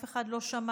שאף אחד לא שמע,